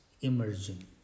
emerging